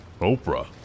Oprah